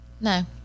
No